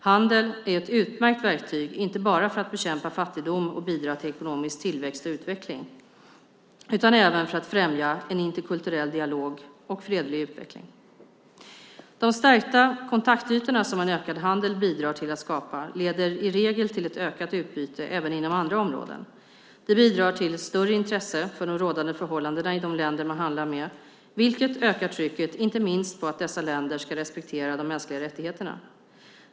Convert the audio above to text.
Handel är ett utmärkt verktyg inte bara för att bekämpa fattigdom och bidra till ekonomisk tillväxt och utveckling utan även för att främja en interkulturell dialog och en fredlig utveckling. De stärkta kontaktytorna som en ökad handel bidrar till att skapa leder i regel till ett ökat utbyte även inom andra områden. Det bidrar till ett större intresse för de rådande förhållandena i de länder man handlar med, vilket ökar trycket inte minst på att dessa länder ska respektera de mänskliga rättigheterna.